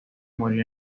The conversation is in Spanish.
morir